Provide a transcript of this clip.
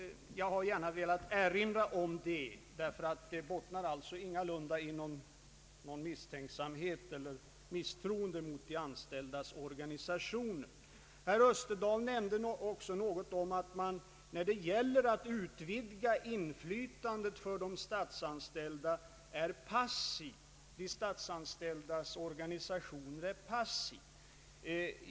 Jag har gärna velat erinra om detta, ty det föreligger ingalunda någon misstänksamhet eller misstro mot de anställdas organisationer. Herr Österdahl nämnde något om att man när det gäller att utvidga inflytandet för de statsanställda är passiv.